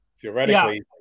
theoretically